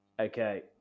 Okay